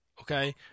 Okay